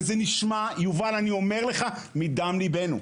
וזה נשמע, יובל אני אומר לך מדם ליבנו,